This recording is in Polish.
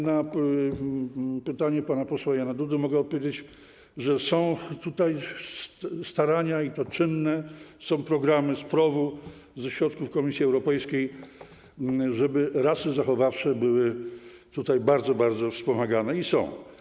Na pytanie pana posła Jana Dudy mogę odpowiedzieć, że są tutaj starania, i to czynne, są programy z PROW-u, ze środków Komisji Europejskiej, żeby rasy zachowawcze były tutaj bardzo, bardzo wspomagane i są.